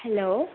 hello